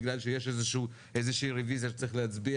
בגלל שיש איזושהי רביזיה שצריך להצביע